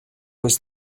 was